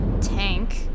Tank